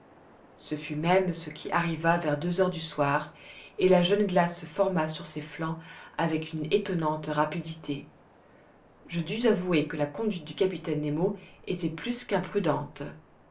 ce fut même ce qui arriva vers deux heures du soir et la jeune glace se forma sur ses flancs avec une étonnante rapidité je dus avouer que la conduite du capitaine nemo était plus